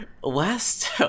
Last